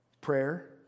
Prayer